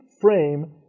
frame